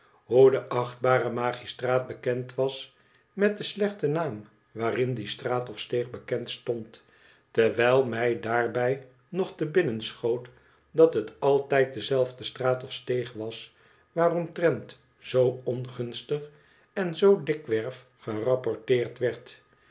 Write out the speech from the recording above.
hoe de achtbare magistraat bekend was met den slechten naam waarin die straat of steeg bekend stond terwijl mij daarbij nog te binnen schoot dat het altijd dezelfde straat of steeg was waaromtrent z ongunstig en z dikwerf gerapporteerd werd